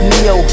Neo